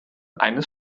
eines